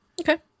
Okay